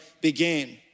began